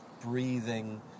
breathing